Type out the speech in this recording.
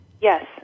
Yes